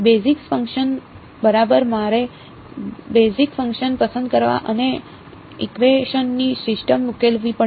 basis functions બરાબર મારે basis functions પસંદ કરવા અને ઇકવેશનની સિસ્ટમ ઉકેલવી પડશે